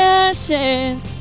ashes